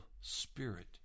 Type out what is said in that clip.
Spirit